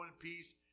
peace